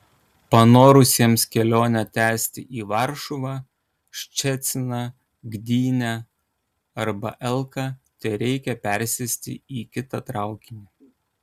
panorusiems kelionę tęsti į varšuvą ščeciną gdynę arba elką tereikės persėsti į kitą traukinį